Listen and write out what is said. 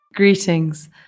Greetings